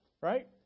Right